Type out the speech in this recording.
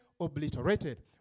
obliterated